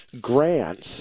grants